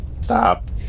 Stop